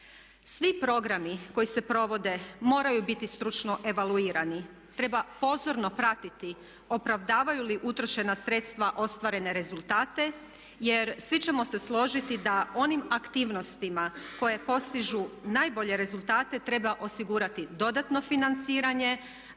Svi programi koji se provode moraju biti stručno evaluirani, treba pozorno pratiti opravdavaju li utrošena sredstva ostvarene rezultate. Jer svi ćemo se složiti da onim aktivnostima koje postižu najbolje rezultate treba osigurati dodatno financiranje,